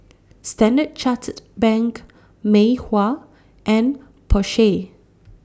Standard Chartered Bank Mei Hua and Porsche